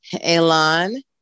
Elon